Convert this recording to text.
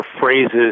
phrases